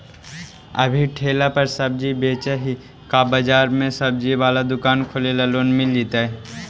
अभी ठेला पर सब्जी बेच ही का बाजार में ज्सबजी बाला दुकान खोले ल लोन मिल जईतै?